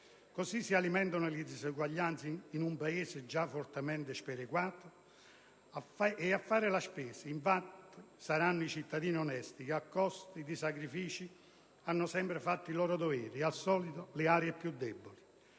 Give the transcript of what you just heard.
Così si alimentano le disuguaglianze in un Paese già fortemente sperequato. A farne le spese, infatti, saranno i cittadini onesti che, a costo di sacrifici, hanno sempre fatto il loro dovere e, al solito, le aree più deboli.